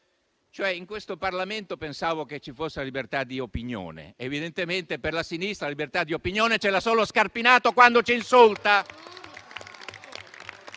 In questo Parlamento pensavo che ci fosse la libertà di opinione. Evidentemente, per la sinistra la libertà di opinione ce l'ha solo il senatore Scarpinato quando ci insulta.